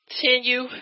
continue